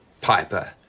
piper